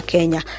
Kenya